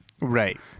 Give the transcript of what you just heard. Right